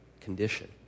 condition